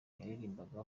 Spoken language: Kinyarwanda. yaririmbaga